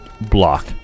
Block